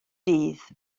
dydd